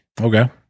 Okay